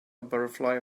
butterfly